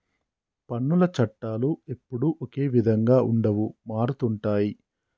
పన్నుల చట్టాలు ఎప్పుడూ ఒకే విధంగా ఉండవు మారుతుంటాయి